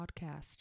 podcast